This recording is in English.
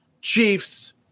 Chiefs